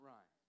Right